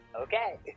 Okay